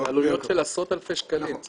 זה עלויות של עשרות אלפי שקלים.